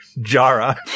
Jara